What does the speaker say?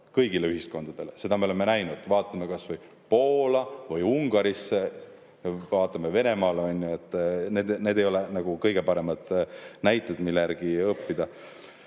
kõigile ühiskondadele. Seda me oleme näinud. Vaatame kas või Poolat või Ungarit, vaatame Venemaad. Need ei ole kõige paremad näited, mille järgi õppida.